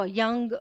young